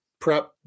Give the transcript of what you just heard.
Prep